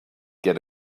get